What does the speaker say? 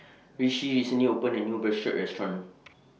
Rishi recently opened A New Bratwurst Restaurant